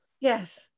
yes